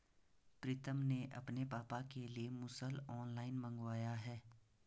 प्रितम ने अपने पापा के लिए मुसल ऑनलाइन मंगवाया है